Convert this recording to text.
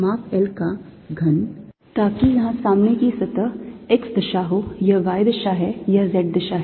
माप L का घन ताकि यहाँ सामने की सतह x दिशा हो यह y दिशा है यह z दिशा है